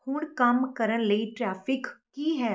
ਹੁਣ ਕੰਮ ਕਰਨ ਲਈ ਟ੍ਰੈਫਿਕ ਕੀ ਹੈ